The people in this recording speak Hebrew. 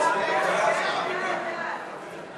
לשנת התקציב 2015,